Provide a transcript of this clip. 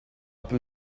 peu